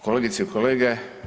Kolegice i kolege.